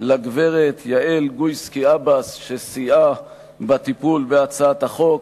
לגברת יעל גויסקי-אבס שסייעה בטיפול בהצעת החוק,